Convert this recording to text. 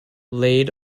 laid